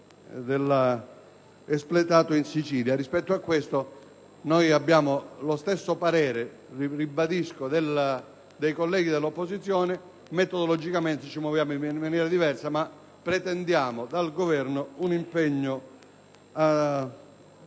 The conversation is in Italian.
espletato in Sicilia, rispetto al quale abbiamo la stessa opinione dei colleghi dell'opposizione; metodologicamente ci muoviamo in maniera diversa, ma pretendiamo dal Governo un impegno ad